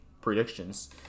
predictions